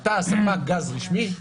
אתה ספק הגז הרשימי?